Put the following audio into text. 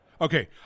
Okay